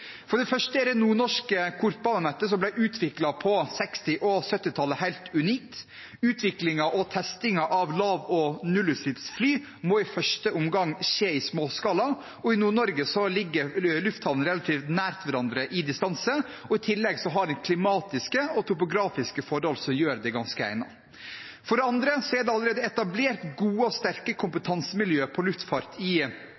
For det første er det nordnorske kortbanenettet, som ble utviklet på 60- og 70-tallet helt, unikt. Utviklingen og testingen av lav- og nullutslippsfly må i første omgang skje i småskala, og i Nord-Norge ligger lufthavner relativt nær hverandre i distanse, og i tillegg har de klimatiske og topografiske forhold som gjør det ganske egnet. For det andre er det allerede etablert gode og sterke